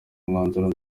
umwanzuro